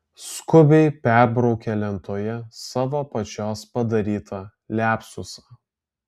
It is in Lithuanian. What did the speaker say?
skubiai perbraukė lentoje savo pačios padarytą liapsusą